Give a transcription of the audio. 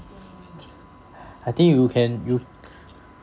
I think you can you